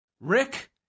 Rick